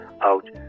out